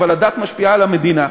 אבל הדת משפיעה על המדינה.